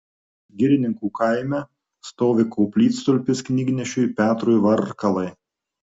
girininkų kaime stovi koplytstulpis knygnešiui petrui varkalai